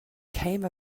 came